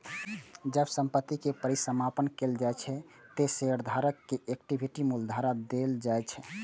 जब संपत्ति के परिसमापन कैल जाइ छै, ते शेयरधारक कें इक्विटी मूल्य घुरा देल जाइ छै